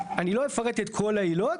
אני לא אפרט את כל העילות,